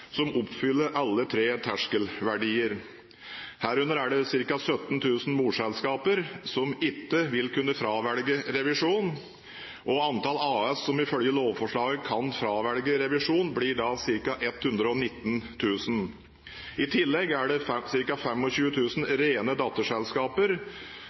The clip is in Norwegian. som oppfyller alle tre terskelverdier. Herunder er det ca. 17 000 morselskaper som ikke vil kunne fravelge revisjon, og antall AS som ifølge lovforslaget kan fravelge revisjon, blir ca. 119 000. I tillegg er det